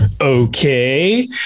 okay